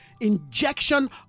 injection